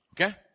Okay